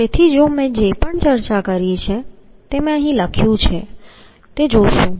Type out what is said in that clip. તેથી જો મેં જે પણ ચર્ચા કરી છે તે મેં અહીં લખ્યું છે તે જોશું